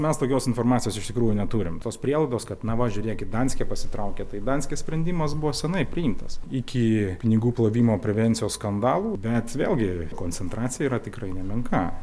mes tokios informacijos iš tikrųjų neturim tos prielaidos kad na va žiūrėkit danske pasitraukia tai danskės sprendimas buvo seniai priimtas iki pinigų plovimo prevencijos skandalų bet vėlgi koncentracija yra tikrai nemenka